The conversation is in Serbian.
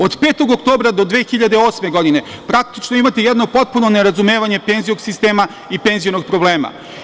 Od 5. oktobra do 2008. godine praktično imate jedno potpuno nerazumevanje penzionog sistema i penzionog problema.